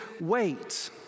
wait